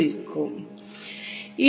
இதை நாம் ζ என குறிப்போம்